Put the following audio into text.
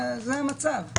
זה המצב.